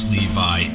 Levi